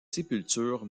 sépultures